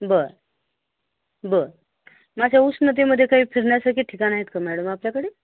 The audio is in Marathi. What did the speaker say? बरं बरं मग त्या उष्णतेमध्ये काही फिरण्यासारखे ठिकाण आहेत का मॅडम आपल्याकडे